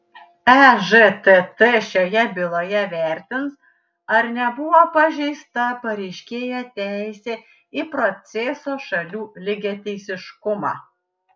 ežtt šioje byloje vertins ar nebuvo pažeista pareiškėjo teisė į proceso šalių lygiateisiškumą